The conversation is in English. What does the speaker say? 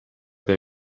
they